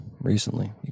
recently